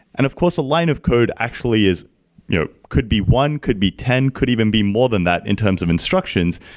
and of course, a line of code actually you know could be one, could be ten, could even be more than that in terms of instructions.